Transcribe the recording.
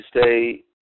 stay